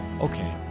Okay